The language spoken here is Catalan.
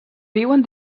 viuen